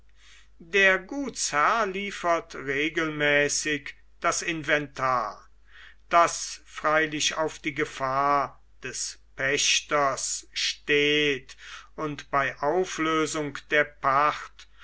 der gutsherr liefert regelmäßig das inventar das freilich auf die gefahr des pächters steht und bei auflösung der pacht